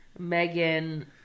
Megan